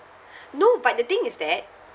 no but the thing is that